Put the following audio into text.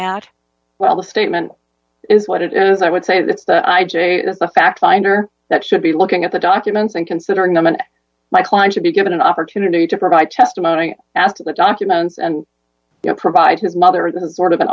that well the statement is what it is i would say that i j that's a fact finder that should be looking at the documents and considering them and my client should be given an opportunity to provide testimony after the documents and you know provide him other than his word of an